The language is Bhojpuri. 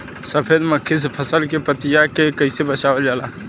सफेद मक्खी से फसल के पतिया के कइसे बचावल जाला?